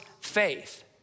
faith